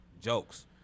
jokes